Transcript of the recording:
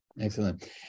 excellent